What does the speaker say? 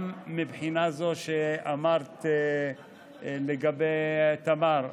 גם מהבחינה שדיברת עליה, תמר,